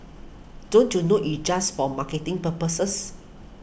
don't you know it's just for marketing purposes